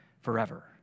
forever